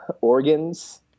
organs